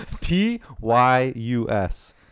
T-Y-U-S